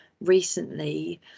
recently